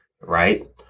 right